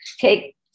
take